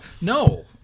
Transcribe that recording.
no